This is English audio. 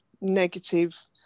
negative